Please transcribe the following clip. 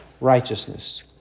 righteousness